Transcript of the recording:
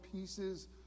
pieces